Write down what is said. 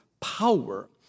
power